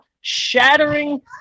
shattering